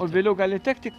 o vėliau gali tekti